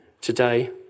today